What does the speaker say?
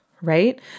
right